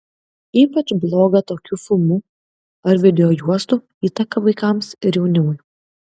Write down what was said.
ypač bloga tokių filmų ar videojuostų įtaka vaikams ir jaunimui